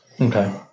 okay